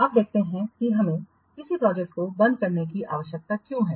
अब देखते हैं कि हमें किसी प्रोजेक्ट को बंद करने की आवश्यकता क्यों है